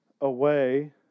away